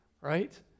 Right